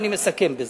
ואני מסכם בזה.